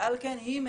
על כן,